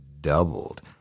doubled